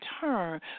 turn